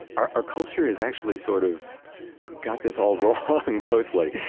our our culture has actually sort of got this all wrong, mostly.